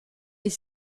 est